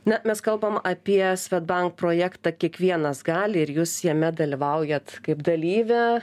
na mes kalbame apie svedbank projektą kiekvienas gali ir jūs jame dalyvaujat kaip dalyvė